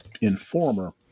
informer